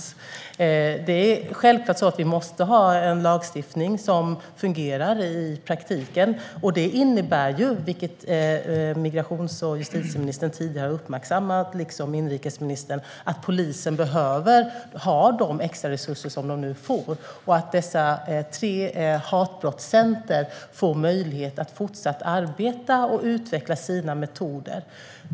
Självklart måste vi ha en lagstiftning som fungerar i praktiken, och det innebär ju, vilket migrations och justitieministern och inrikesministern tidigare har uppmärksammat, att polisen behöver ha de extraresurser som den nu får och att dessa tre hatbrottscenter får möjlighet att fortsatt arbeta och utveckla sina metoder.